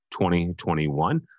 2021